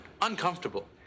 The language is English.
uncomfortable